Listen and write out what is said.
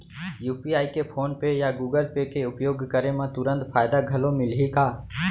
UPI के PhonePe या Google Pay के उपयोग करे म तुरंत फायदा घलो मिलही का?